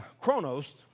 chronos